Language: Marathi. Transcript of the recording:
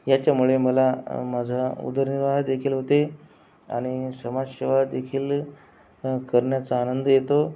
याच्यामुळे मला माझा उदरनिर्वाह देखील होते आणि समाजसेवा देखील करण्याचा आनंद येतो